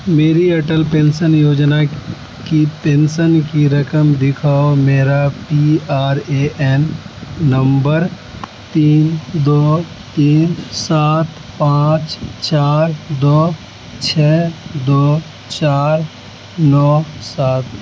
میری Airtel pension یوجنا کی پینشن کی رقم دکھاؤ میرا پی آر اے این نمبر تین دو تین سات پانچ چار دو چھ دو چار نو سات